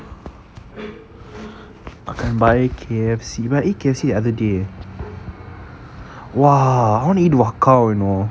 I can buy K_F_C but I ate K_F_C the other day !wah! I wanna eat waa cow you know